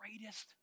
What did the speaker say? greatest